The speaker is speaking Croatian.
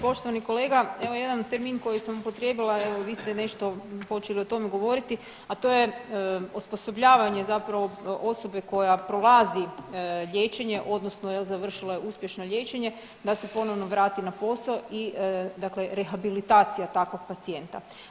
Poštovani kolega, evo jedan termin koji sam upotrijebila, evo vi ste nešto počeli o tome govoriti, a to je osposobljavanje zapravo osobe koja prolazi liječenje, odnosno završila je uspješno liječenje da se ponovno vrati na posao i dakle rehabilitacija takvog pacijenta.